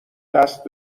دست